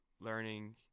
learning